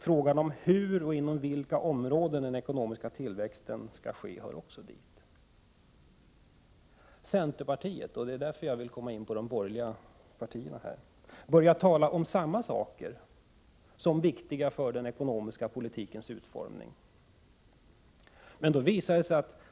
Frågan hur och inom vilka områden den ekonomiska tillväxten skall ske hör också dit. Centerpartiet börjar tala om samma saker som viktiga för den ekonomiska politikens utformning, och jag vill ta upp detta.